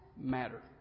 matter